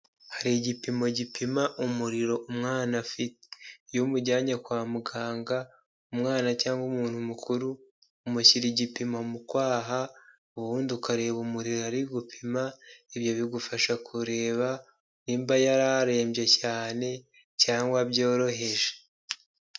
Hari igipimo gipima umuriro umwana afite, iyo umujyanye kwa muganga, umwana cyangwa umuntu mukuru umushyira igipimo mu kwaha ubundi ukareba umuriro ari gupima, ibyo bigufasha kure niba yari arembye cyane cyangwa byoroheje.